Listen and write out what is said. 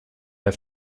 have